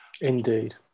Indeed